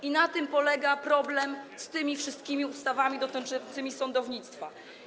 I na tym polega problem z tymi wszystkimi ustawami dotyczącymi sądownictwa.